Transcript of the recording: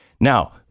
Now